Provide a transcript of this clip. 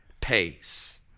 pace